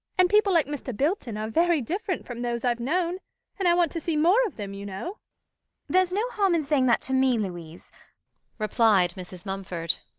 and people like mr. bilton are very different from those i've known and i want to see more of them, you know there's no harm in saying that to me, louise replied mrs. mumford.